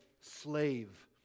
Slave